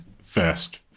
first